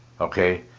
Okay